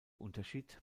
unterschied